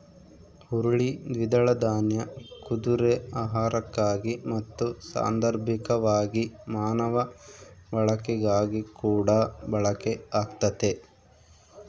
ಹುರುಳಿ ದ್ವಿದಳ ದಾನ್ಯ ಕುದುರೆ ಆಹಾರಕ್ಕಾಗಿ ಮತ್ತು ಸಾಂದರ್ಭಿಕವಾಗಿ ಮಾನವ ಬಳಕೆಗಾಗಿಕೂಡ ಬಳಕೆ ಆಗ್ತತೆ